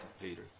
Peter